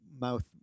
mouth